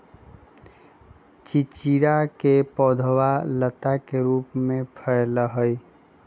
चिचिंडा के पौधवा लता के रूप में फैला हई